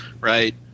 right